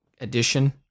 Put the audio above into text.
edition